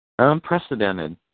unprecedented